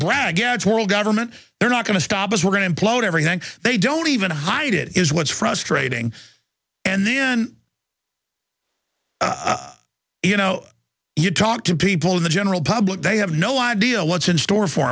ads world government they're not going to stop us we're going to implode everything they don't even hide it is what's frustrating and then you know you talk to people in the general public they have no idea what's in store for